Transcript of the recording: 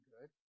good